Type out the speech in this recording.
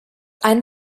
ein